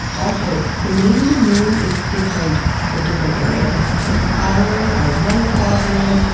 also, the name of the moon is different for different areas. so scholars are in one quadrant,